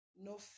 no